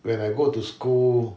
when I go to school